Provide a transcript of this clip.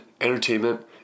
entertainment